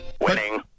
Winning